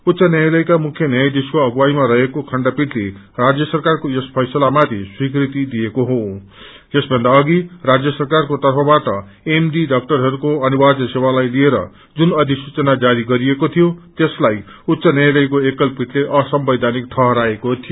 उच्च न्यायालयका मुख्य न्यायाधीशको अगुवाईमा रहेको खण्डपीठले राज्य सरकारको यस फैसलामाथि स्वीकृति दिएको यसभन्दा अघ राज्य सरकारको तर्फबाट एमडी डाक्टरहरूको अनिवार्य सेवालाई लिएर जुन अधिसूचना जारी गरिएको थियो त्यसलाई उच्च न्यायालयको एकल पीठले असंवैधानिक ठहराएको थियो